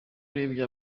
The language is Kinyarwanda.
urebye